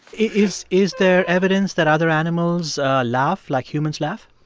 is is there evidence that other animals laugh like humans laugh?